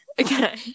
Okay